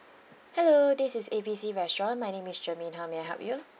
hello this is A B C restaurant my name is germaine how may I help you